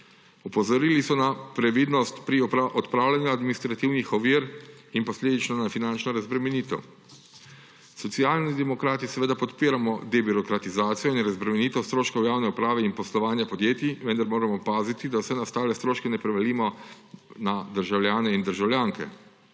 Opozorili so na previdnost pri odpravljanju administrativnih ovir in posledično na finančno razbremenitev. Socialni demokrati seveda podpiramo debirokratizacijo in razbremenitev stroškov javne uprave in poslovanja podjetij, vendar moramo paziti, da vse nastale stroške ne prevalimo na državljane in državljanke.